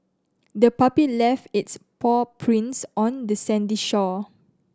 the puppy left its paw prints on the sandy shore